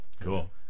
cool